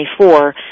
24